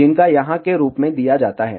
जिनका यहां के रूप में दिया जाता है